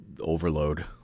overload